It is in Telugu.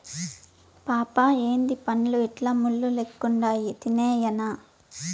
పాపా ఏందీ పండ్లు ఇట్లా ముళ్ళు లెక్కుండాయి తినేయ్యెనా